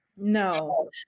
No